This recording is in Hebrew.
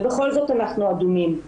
ובכל זאת אנחנו אדומים.